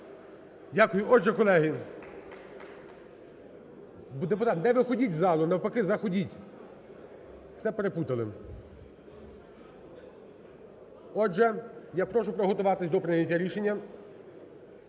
Дякую. Отже, колеги… Депутати, не виходіть з залу, а, навпаки, заходіть. Все переплутали. Отже, я прошу приготуватись до прийняття рішення.